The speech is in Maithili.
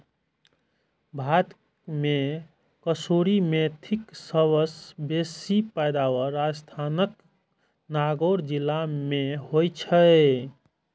भारत मे कसूरी मेथीक सबसं बेसी पैदावार राजस्थानक नागौर जिला मे होइ छै